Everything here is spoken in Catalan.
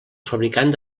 fabricant